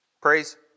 Praise